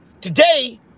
today